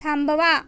थांबवा